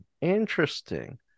Interesting